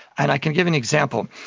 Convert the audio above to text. and i can give an example.